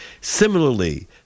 Similarly